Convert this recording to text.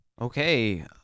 Okay